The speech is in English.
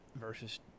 versus